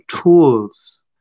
tools